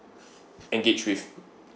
engaged with